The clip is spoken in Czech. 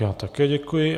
Já také děkuji.